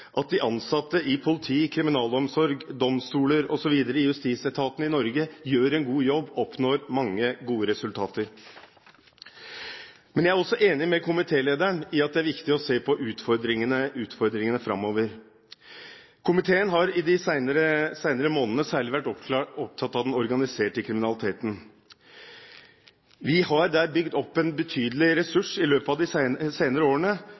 at de ansatte i politi, kriminalomsorg, domstoler osv. i justisetaten i Norge gjør en god jobb og oppnår mange gode resultater. Men jeg er også enig med komitélederen i at det er viktig å se på utfordringene framover. Komiteen har i de senere månedene særlig vært opptatt av den organiserte kriminaliteten. Det er bygd opp en betydelig ressurs i løpet av de senere årene: